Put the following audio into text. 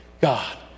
God